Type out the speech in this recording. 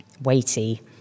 weighty